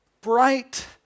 bright